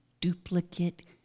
duplicate